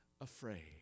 afraid